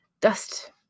dust